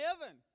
heaven